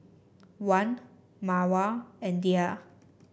Wan Mawar and Dhia